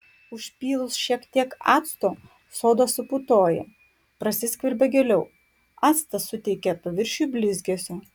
užpylus šiek tiek acto soda suputoja prasiskverbia giliau actas suteikia paviršiui blizgesio